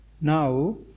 now